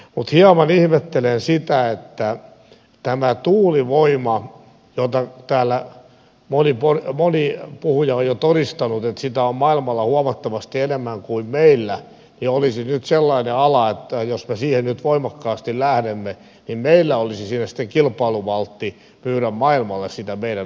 mutta hieman ihmettelen sitä että tämä tuulivoima josta täällä moni puhuja on jo todistanut että sitä on maailmalla huomattavasti enemmän kuin meillä olisi nyt sellainen ala että jos me siihen nyt voimakkaasti lähdemme niin meillä olisi siinä kilpailuvaltti myydä maailmalle meidän osaamistamme